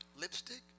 Lipstick